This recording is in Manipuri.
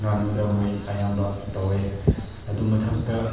ꯉꯥꯅꯨꯗ ꯃꯣꯏ ꯑꯌꯥꯝꯕ ꯇꯧꯏ ꯑꯗꯨ ꯃꯊꯛꯇ